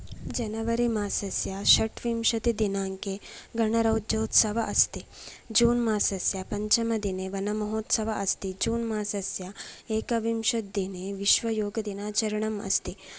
जनवरि मासस्य षष्टविंशतिदिनाङ्के गणराजोत्सवः अस्ति जून् मासस्य पञ्चमदिने वनमहोत्सवः अस्ति जून् मासस्य एकविंशतिदिने विश्वयोगदिनाचरणम् अस्ति